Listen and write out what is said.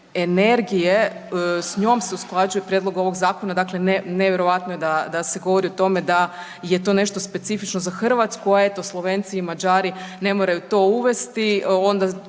energije, s njom se usklađuje prijedlog ovog zakona, dakle nevjerojatno je da, da se govori o tome da je to nešto specifično za Hrvatsku, a eto Slovenci i Mađari ne moraju to uvesti. Onda